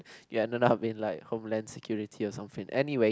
you are not I've been like home land security or something anyway